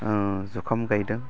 जुखाम गायदों